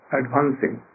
advancing